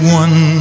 one